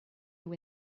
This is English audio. you